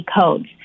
codes